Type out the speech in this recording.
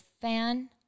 fan